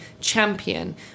champion